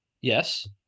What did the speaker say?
yes